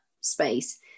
space